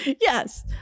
Yes